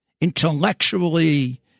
intellectually